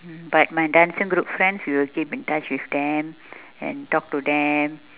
mm but my dancing group friends we will keep in touch with them and talk to them